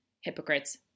hypocrites